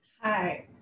Hi